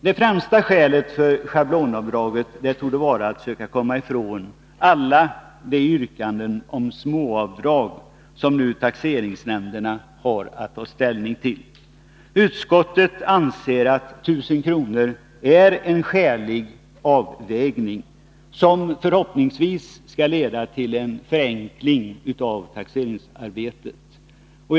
Det främsta skälet för schablonavdraget torde vara att man söker komma ifrån alla de yrkanden om småavdrag som taxeringsnämnderna nu har att ta ställning till. Utskottet anser att 1 000 kr. är en skälig avvägning, som förhoppningsvis skall leda till en förenkling av taxeringsarbetet.